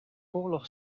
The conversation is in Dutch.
oorlog